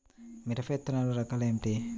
మిరప విత్తనాల రకాలు ఏమిటి?